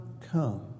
come